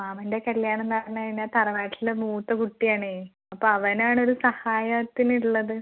മാമൻ്റെ കല്യാണമെന്ന് പറഞ്ഞ് കഴിഞ്ഞാൽ തറവാട്ടിലെ മൂത്ത കുട്ടിയാണേ അപ്പോൾ അവനാണൊരു സഹായത്തിനുള്ളത്